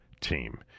team